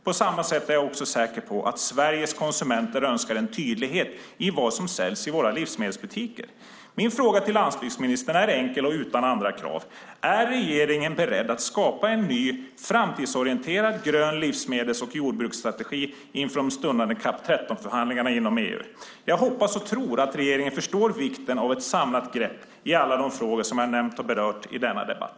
På samma sätt är jag också säker på att Sveriges konsumenter önskar en tydlighet när det gäller vad som säljs i våra livsmedelsbutiker. Min fråga till landsbygdsministern är enkel och utan andra krav: Är regeringen beredd att skapa en ny framtidsorienterad grön livsmedels och jordbruksstrategi inför de stundande CAP 2013-förhandlingarna inom EU? Jag hoppas och tror att regeringen förstår vikten av ett samlat grepp i alla de frågor som jag har nämnt och berört i denna debatt.